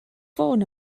ffôn